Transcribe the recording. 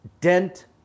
dent